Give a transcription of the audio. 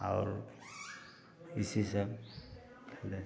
और इसी से हम खेले